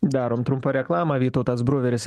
darom trumpą reklamą vytautas bruveris